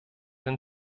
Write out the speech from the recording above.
den